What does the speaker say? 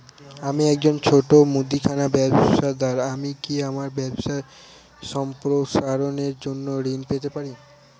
আমি একজন ছোট মুদিখানা ব্যবসাদার আমি কি আমার ব্যবসা সম্প্রসারণের জন্য ঋণ পেতে পারি?